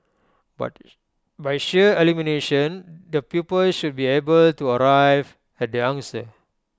but by sheer elimination the pupils should be able to arrive at the answer